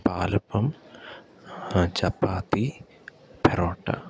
palappam chapati parotta